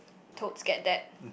totes get that